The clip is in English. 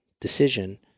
decision